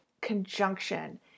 conjunction